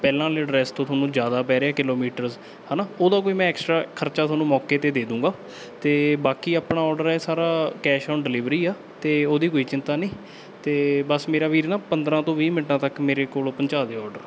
ਪਹਿਲਾਂ ਵਾਲੇ ਐਡਰੈਸ ਤੋਂ ਤੁਹਾਨੂੰ ਜ਼ਿਆਦਾ ਪੈ ਰਿਹਾ ਕਿਲੋਮੀਟਰਸ ਹੈ ਨਾ ਉਹਦਾ ਕੋਈ ਮੈਂ ਐਕਸਟਰਾ ਖਰਚਾ ਤੁਹਾਨੂੰ ਮੌਕੇ 'ਤੇ ਦੇ ਦੂੰਗਾ ਅਤੇ ਬਾਕੀ ਆਪਣਾ ਅੋਰਡਰ ਹੈ ਸਾਰਾ ਕੈਸ਼ ਓਨ ਡਿਲੀਵਰੀ ਆ ਅਤੇ ਉਹਦੀ ਕੋਈ ਚਿੰਤਾ ਨਹੀਂ ਅਤੇ ਬਸ ਮੇਰਾ ਵੀਰ ਨਾ ਪੰਦਰਾਂ ਤੋਂ ਵੀਹ ਮਿੰਟਾਂ ਤੱਕ ਮੇਰੇ ਕੋਲੋ ਪਹੁੰਚਾ ਦਿਓ ਅੋਰਡਰ